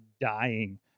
dying